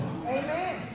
Amen